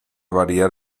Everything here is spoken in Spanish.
variar